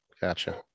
gotcha